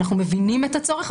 אנחנו מבינים את הצורך,